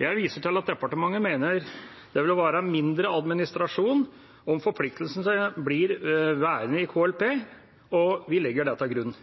Jeg viser til at departementet mener at det vil være mindre administrasjon om forpliktelsene blir værende i KLP, og vi legger det til grunn.